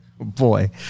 boy